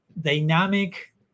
dynamic